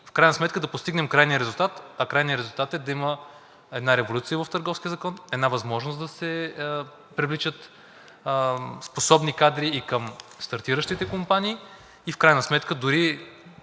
В крайна сметка да постигнем крайния резултат. А крайният резултат е да има една революция в Търговския закон – възможност да се привличат способни кадри и към стартиращите компании. Дори може да